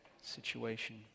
situation